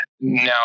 Now